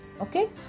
Okay